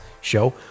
show